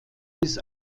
bis